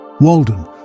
Walden